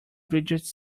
bridges